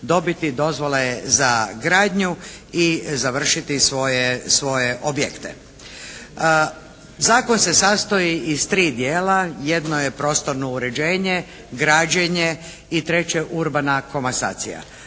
dobiti dozvole za gradnju i završiti svoje objekte. Zakon se sastoji iz tri dijela, jedno je prostorno uređenje, građenje i treće urbana komasacija.